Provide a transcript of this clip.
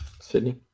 Sydney